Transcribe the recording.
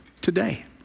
today